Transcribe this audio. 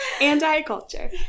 anti-culture